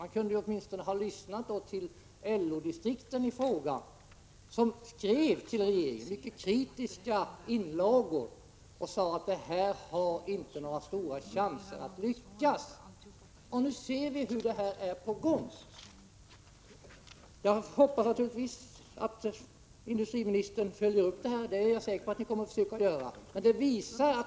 Man kunde åtminstone ha lyssnat till LO-distrikten som skrev mycket kritiska inlagor till regeringen och påpekade att det inte hade några stora chanser att lyckas. Nu ser vi vad som är på gång. Jag är övertygad om att industriministern kommer att försöka följa upp den här saken.